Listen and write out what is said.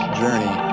journey